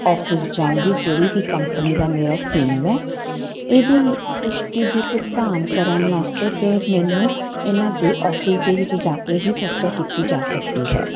office ਜਾਊਂਗੀ ਜਿਹੜੀ ਵੀ ਕੰਪਨੀ ਦਾ ਮੇਰਾ ਸਿਮ ਹੈ ਇਹਦੀ ਪੁਸ਼ਟੀ ਦੀ ਭੁਗਤਾਨ ਕਰਨ ਵਾਸਤੇ ਫਿਰ ਮੈਨੂੰ ਇਹਨਾਂ ਦੇ ਆਫਿਸ ਦੇ ਵਿੱਚ ਜਾ ਕੇ ਹੀ ਚਰਚਾ ਕੀਤੀ ਜਾ ਸਕਦੀ ਹੈ